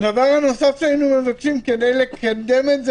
הדבר השני שאנו מבקשים כדי לקדם את זה